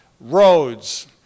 roads